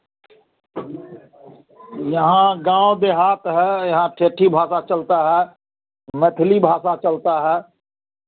यहाँ गाँव देहात है यहाँ क्षेत्रीय भाषा चलता है मैथिली भाषा चलता है